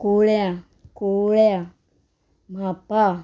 कुवळ्यां कुळ्या म्हापा